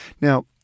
Now